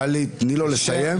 טלי, תני לו לסיים את